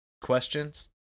questions